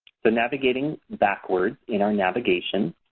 so navigating backward in our navigation,